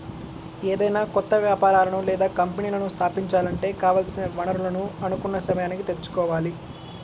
ఏదైనా కొత్త వ్యాపారాలను లేదా కంపెనీలను స్థాపించాలంటే కావాల్సిన వనరులను అనుకున్న సమయానికి తెచ్చుకోవాలి